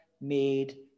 made